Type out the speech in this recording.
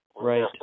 Right